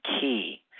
key